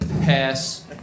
Pass